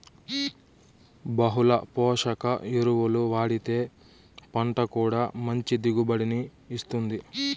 బహుళ పోషక ఎరువులు వాడితే పంట కూడా మంచి దిగుబడిని ఇత్తుంది